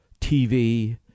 TV